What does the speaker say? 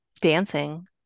Dancing